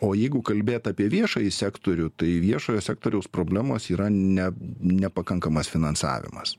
o jeigu kalbėt apie viešąjį sektorių tai viešojo sektoriaus problemos yra ne nepakankamas finansavimas